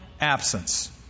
absence